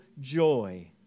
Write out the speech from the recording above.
joy